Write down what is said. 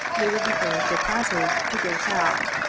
they would be furnished with passes to go south.